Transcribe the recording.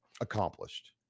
accomplished